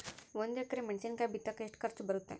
ಒಂದು ಎಕರೆ ಮೆಣಸಿನಕಾಯಿ ಬಿತ್ತಾಕ ಎಷ್ಟು ಖರ್ಚು ಬರುತ್ತೆ?